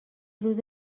روز